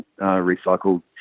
recycled